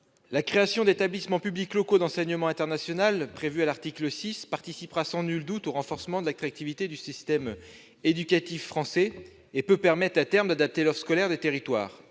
La création d'établissements publics locaux d'enseignement international prévue à l'article 6 participera sans nul doute au renforcement de l'attractivité du système éducatif français et peut permettre, à terme, d'adapter l'offre scolaire des territoires.